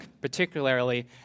particularly